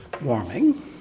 warming